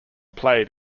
played